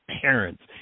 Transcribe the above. parents